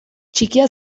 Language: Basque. txikia